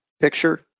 picture